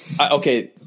okay